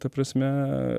ta prasme